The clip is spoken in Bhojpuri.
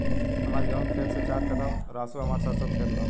हमार गेहू के खेत से चार कदम रासु हमार सरसों के खेत बा